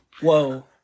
Whoa